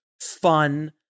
fun